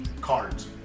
cards